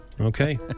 Okay